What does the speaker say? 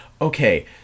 okay